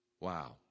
wow